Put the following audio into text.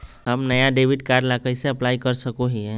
हम नया debit card ला कइसे अप्लाई कर सको हियै?